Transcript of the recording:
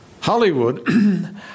Hollywood